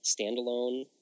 standalone